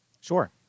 Sure